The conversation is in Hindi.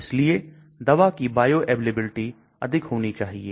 इसलिए दवा की बायोअवेलेबिलिटी अधिक होनी चाहिए